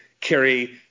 carry